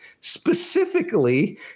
specifically